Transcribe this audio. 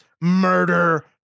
Murder